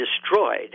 destroyed